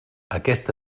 aquest